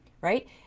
right